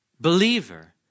believer